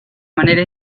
manera